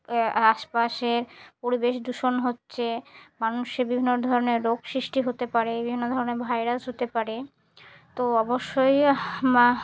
আশপাশের পরিবেশ দূষণ হচ্ছে মানুষের বিভিন্ন ধরনের রোগ সৃষ্টি হতে পারে বিভিন্ন ধরনের ভাইরাস হতে পারে তো অবশ্যই মা